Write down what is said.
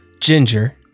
ginger